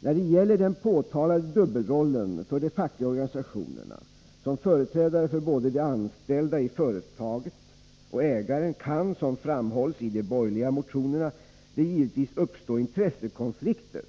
”När det gäller den påtalade dubbelrollen för de fackliga organisationerna som företrädare för både de anställda i företaget och ägaren kan, som framhålls i de borgerliga motionerna, det givetvis uppstå intressekonflikter.